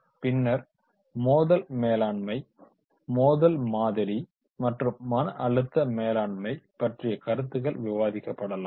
பின்னர் மோதல் மேலாண்மை மோதல் மாதிரி மற்றும் மன அழுத்த மேலாண்மை பற்றிய கருத்துக்கள் விவாதிக்கப்படலாம்